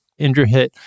Indrahit